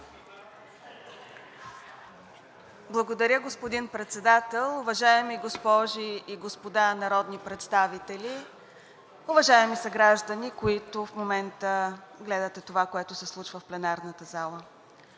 Благодаря, господин Председател. Уважаеми госпожи и господа народни представители, уважаеми съграждани, които в момента гледате това, което се случва в пленарната зала!